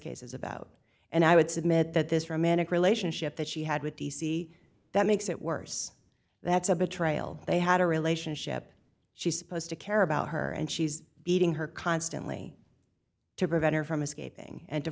cases about and i would submit that this romantic relationship that she had with d c that makes it worse that's a betrayal they had a relationship she supposed to care about her and she's beating her constantly to prevent or from escaping and to